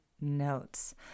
notes